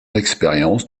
l’expérience